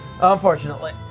Unfortunately